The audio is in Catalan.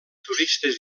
turistes